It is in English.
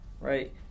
right